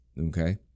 Okay